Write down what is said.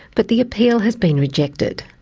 but the appeal has been rejected.